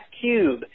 Cube